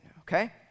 okay